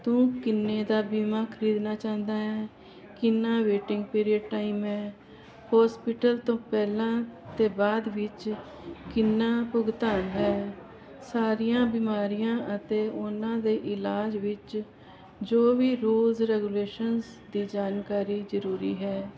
ਤੂੰ ਕਿੰਨੇ ਦਾ ਬੀਮਾ ਖਰੀਦਣਾ ਚਾਹੁੰਦਾ ਹੈ ਕਿੰਨਾ ਵੇਟਿੰਗ ਪੀਰੀਅਡ ਟਾਈਮ ਹੈ ਹੋਸਪੀਟਲ ਤੋਂ ਪਹਿਲਾਂ ਅਤੇ ਬਾਅਦ ਵਿੱਚ ਕਿੰਨਾ ਭੁਗਤਾਨ ਹੈ ਸਾਰੀਆਂ ਬਿਮਾਰੀਆਂ ਅਤੇ ਉਨ੍ਹਾਂ ਦੇ ਇਲਾਜ ਵਿੱਚ ਜੋ ਵੀ ਰੂਲਜ਼ ਰੈਗੂਲੇਸ਼ਨਸ ਦੀ ਜਾਣਕਾਰੀ ਜ਼ਰੂਰੀ ਹੈ